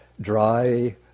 dry